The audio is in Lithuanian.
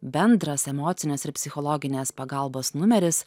bendras emocinės ir psichologinės pagalbos numeris